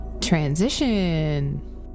transition